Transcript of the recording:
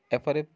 ଏ